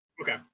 Okay